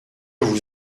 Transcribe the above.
vous